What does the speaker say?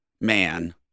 man